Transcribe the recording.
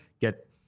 Get